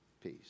peace